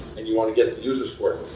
and you wanna get the users for it.